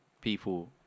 people